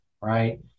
Right